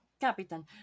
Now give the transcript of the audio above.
Captain